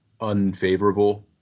unfavorable